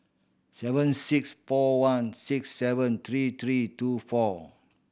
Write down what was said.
seven six four one six seven three three two four